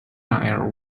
air